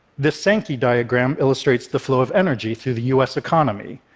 this sankey diagram illustrates the flow of energy through the us economy,